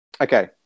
Okay